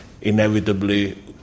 inevitably